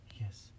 Yes